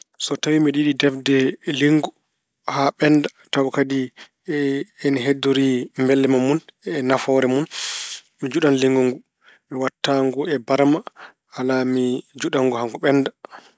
So tawi mbeɗa yiɗi defde linngu haa ɓennda taw kadi e- ene heddorii mbelamma mun, nafoore mun. Mi juɗan linngu. Mi waɗataa ngu e barma. Alaa, mi juɗan haa ngu haa ngu ɓennda.